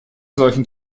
solchen